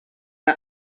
her